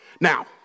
Now